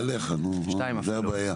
מעליך, נו, זו הבעיה.